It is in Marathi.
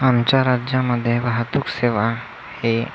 आमच्या राज्यामध्ये वाहतूक सेवा हे